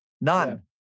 none